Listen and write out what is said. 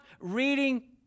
reading